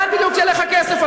בהסכמים שלכם,